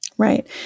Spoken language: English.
Right